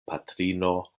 patrino